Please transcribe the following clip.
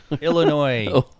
Illinois